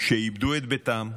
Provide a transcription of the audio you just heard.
שאיבדו את ביתם,